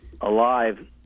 alive